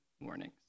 warnings